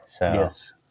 Yes